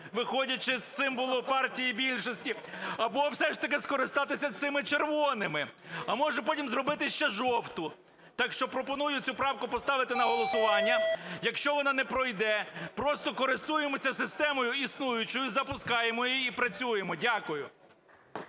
виходячи з цим, було партії більшості, або все ж таки скористатися цими червоними, а, може, потім зробити ще жовту. Так що пропоную цю правку поставити на голосування. Якщо вона не пройде, просто користуємося системою існуючою, запускаємо її і працюємо. Дякую.